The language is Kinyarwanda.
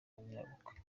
nyirakuru